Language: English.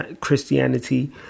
Christianity